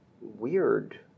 weird